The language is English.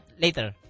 later